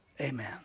Amen